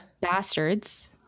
Bastards